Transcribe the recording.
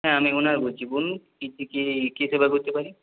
হ্যাঁ আমি ওনার বলছি বলুন কি কি কি কি সেবা করতে পারি